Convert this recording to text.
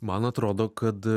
man atrodo kad